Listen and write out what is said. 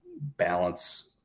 balance